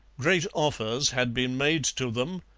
great offers had been made to them,